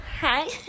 Hi